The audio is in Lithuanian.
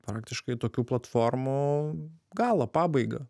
praktiškai tokių platformų galą pabaigą